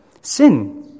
Sin